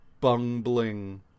bumbling